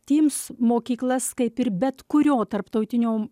tims mokyklas kaip ir bet kurio tarptautinio